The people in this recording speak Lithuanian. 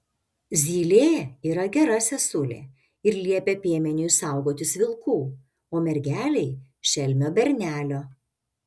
zylė yra gera sesulė ir liepia piemeniui saugotis vilkų o mergelei šelmio bernelio